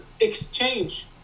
Exchange